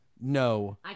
No